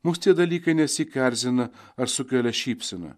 mūs tie dalykai nesykį erzina ar sukelia šypseną